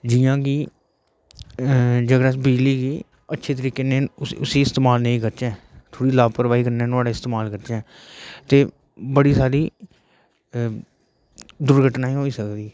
जियां के जेकर अस बिजली की अच्छे तरीके नेई उसी एस्तेमाल नेई करचै थोह्ड़ी लापरवाही कन्नै नुआढ़ा इस्तेमाल करचै ते बड़ी सारी घुर्गटना बी होई सकदी